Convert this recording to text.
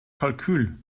kalkül